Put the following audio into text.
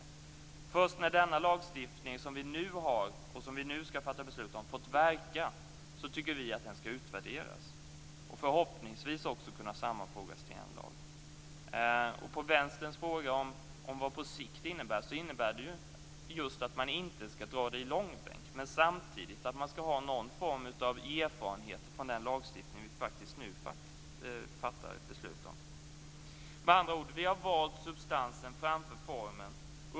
Vi tycker att först när den lagstiftning som vi nu skall fatta beslut om fått verka, skall den utvärderas och förhoppningsvis också kunna sammanfogas till en lag. På Vänsterns fråga om vad "på sikt" innebär vill jag säga att det innebär att man inte skall dra det i långbänk, men samtidigt att man skall ha någon form erfarenheter från den lagstiftning vi nu fattar beslut om. Vi har med andra ord valt substansen framför formen.